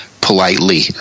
politely